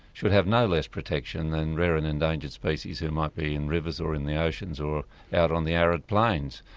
should have no less protection than rare and endangered species that yeah might be in rivers or in the oceans or out on the arid plains.